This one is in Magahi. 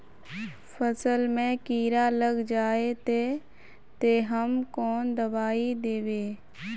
फसल में कीड़ा लग जाए ते, ते हम कौन दबाई दबे?